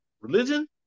religion